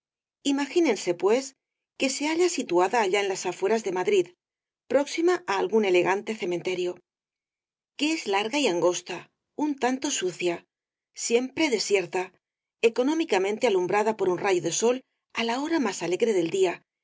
imagínense pues que se halla situada allá en las afueras de madrid próxima á algún elegante cementerio que es larga y angosta un tanto sucia siempre desierta económicamente alumbrada por un rayo de sol á la hora más alegre del día